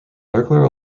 burglar